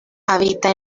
habita